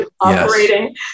operating